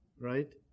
right